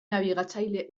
nabigatzaile